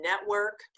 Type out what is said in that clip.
network